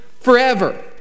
forever